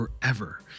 forever